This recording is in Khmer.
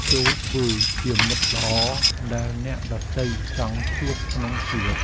ចូរធ្វើជាមិត្តល្អដែលអ្នកដទៃចង់ជួបក្នុងជីវិត។